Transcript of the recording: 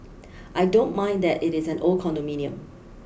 I don't mind that it is an old condominium